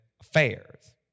affairs